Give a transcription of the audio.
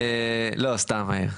סתם, מאיר.